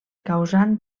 causant